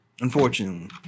Unfortunately